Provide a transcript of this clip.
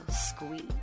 squeeze